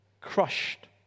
crushed